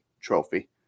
trophy